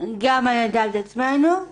גם על דעת עצמנו.